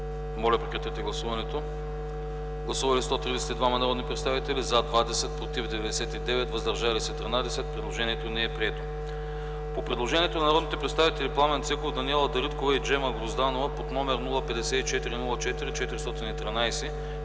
комисията не подкрепя. Гласували 132 народни представители: за 20, против 99, въздържали се 13. Предложението не е прието. По предложението на народните представители Пламен Цеков, Даниела Дариткова и Джема Грозданова, № 054-04-413,